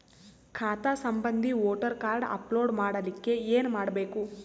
ಖಾತಾ ಸಂಬಂಧಿ voter card upload ಮಾಡಲಿಕ್ಕೆ ಏನ ಮಾಡಬೇಕು?